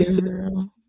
Girl